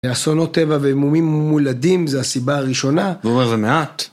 אסונות טבע ומומים מולדים זה הסיבה הראשונה. הוא אומר זה מעט...